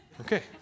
Okay